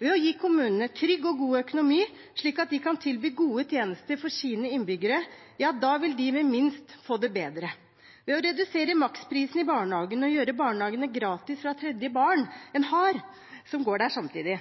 Ved å gi kommunene en trygg og god økonomi, slik at de kan tilby gode tjenester til sine innbyggere, vil de med minst få det bedre, f.eks. ved å redusere maksprisen i barnehagen og gjøre barnehagene gratis fra det tredje barnet en har som går der samtidig.